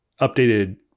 updated